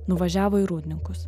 nuvažiavo į rūdninkus